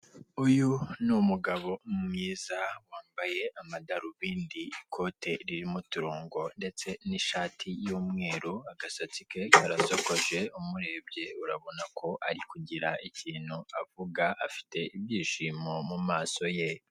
Uyu n'umugabo mwiza wambaye amadarubindi ikote ririmo uturongo ndetse nishati y'umweru agasatsi ke karasokoje umurebye urabona ko ari kugira ikintu avuga afite ibyishimo mumaso ye.